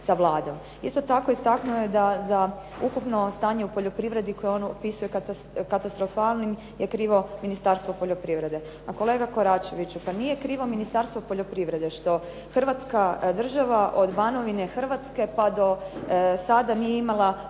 Isto tako, istaknuo je da za ukupno stanje u poljoprivredi koje on opisuje katastrofalnim je krivo Ministarstvo poljoprivrede. Kolega Koračeviću, nije krivo Ministarstvo poljoprivrede što Hrvatska država od Banovine Hrvatske pa do sada nije imala